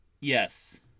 Yes